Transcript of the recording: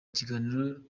kiganiro